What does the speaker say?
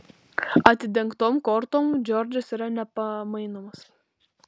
atidengtom kortom džordžas yra nepamainomas